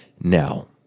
Now